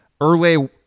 early